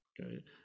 Okay